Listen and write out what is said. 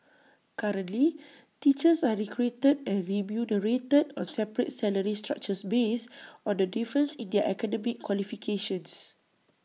currently teachers are recruited and remunerated on separate salary structures based on the difference in their academic qualifications